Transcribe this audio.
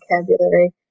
vocabulary